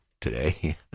today